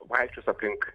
vaikščios aplink